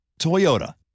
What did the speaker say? Toyota